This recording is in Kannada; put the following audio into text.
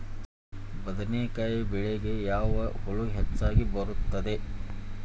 ಬದನೆಕಾಯಿ ಒಳಗೆ ಯಾವ ಹುಳ ಹೆಚ್ಚಾಗಿ ಬರುತ್ತದೆ?